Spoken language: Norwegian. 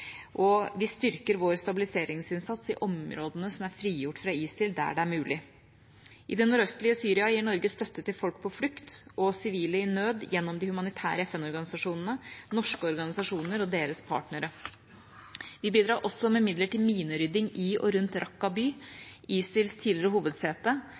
og vi styrker vår stabiliseringsinnsats i områdene som er frigjort fra ISIL, der det er mulig. I det nordøstlige Syria gir Norge støtte til folk på flukt og sivile i nød gjennom de humanitære FN-organisasjonene, norske organisasjoner og deres partnere. Vi bidrar også med midler til minerydding i og rundt Raqqa by, ISILs tidligere hovedsete.